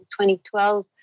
2012